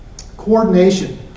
Coordination